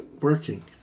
working